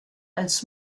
als